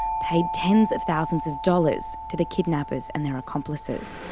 paid tens of thousands of dollars to the kidnappers and their accomplices.